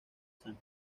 san